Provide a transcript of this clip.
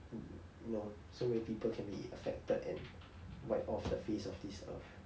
m~ you know so many people can be affected and wiped of the face of this earth